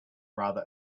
rather